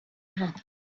happen